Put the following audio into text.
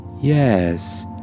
Yes